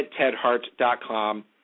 tedhart.com